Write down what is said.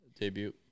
Debut